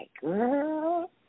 girl